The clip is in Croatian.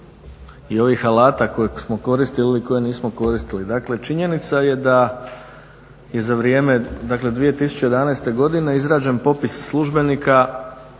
i ovih alata koje smo koristili ili koje nismo koristili. Dakle, činjenica je da je za vrijeme, dakle 2011. godine izrađen popis službenika